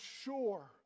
sure